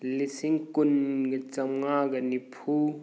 ꯂꯤꯁꯤꯡ ꯀꯨꯟꯒ ꯆꯥꯝꯃꯉꯥꯒ ꯅꯤꯐꯨ